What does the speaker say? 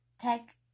Tech